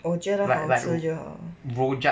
我觉得 ah